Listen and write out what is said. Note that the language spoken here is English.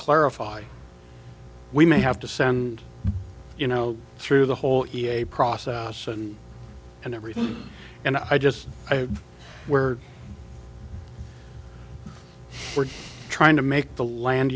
clarify we may have to send you know through the whole process and everything and i just where we're trying to make the land